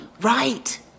Right